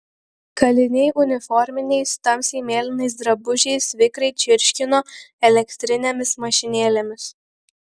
kaliniai uniforminiais tamsiai mėlynais drabužiais vikriai čirškino elektrinėmis mašinėlėmis